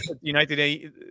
United